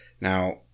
now